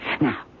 Now